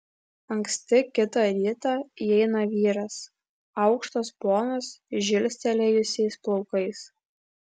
anksti kitą rytą įeina vyras aukštas ponas žilstelėjusiais plaukais